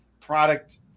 product